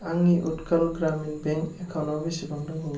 आंनि उट्कल ग्रामिन बेंक एकाउन्टाव बेसेबां दंबावो